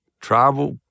travel